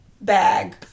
bag